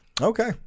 Okay